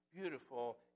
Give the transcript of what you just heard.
beautiful